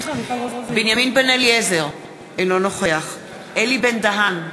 בנימין בן-אליעזר אינו נוכח אלי בן-דהן,